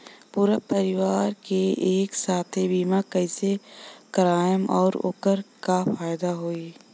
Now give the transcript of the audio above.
पूरा परिवार के एके साथे बीमा कईसे करवाएम और ओकर का फायदा होई?